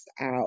out